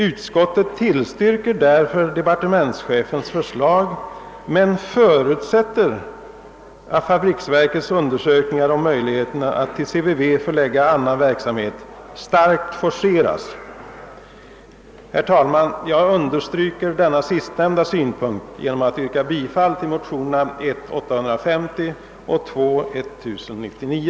Utskottet tillstyrker därför departementschefens förslag men förutsätter att fabriksverkets undersökningar om möjligheten att till CVV förlägga annan verksamhet starkt forceras.» Herr talman! Jag understryker denna sistnämnda synpunkt genom att yrka bifall till motionerna 1I1:850 och TII:1099.